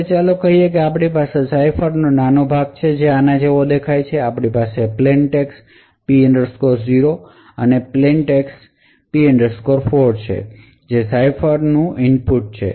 તો ચાલો આપણે કહીએ કે આપણી પાસે સાઇફરનો નાનો ભાગ છે જે આના જેવો દેખાય છે આપણી પાસે પ્લેનટેક્સ્ટ P 0 અને પ્લેનટેક્સ્ટP 4 છે જે સાઇફરનું ઇનપુટ છે